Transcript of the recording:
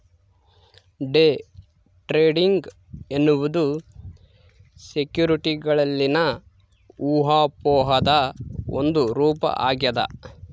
day trading ಎನ್ನುವುದು ಸೆಕ್ಯುರಿಟಿಗಳಲ್ಲಿನ ಊಹಾಪೋಹದ ಒಂದು ರೂಪ ಆಗ್ಯದ